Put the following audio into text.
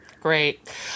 Great